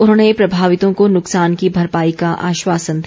उन्होंने प्रभावितों को नुकसान की भरपाई का आश्वासन दिया